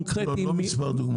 יש לנו 10 דקות לסיים את הדיון.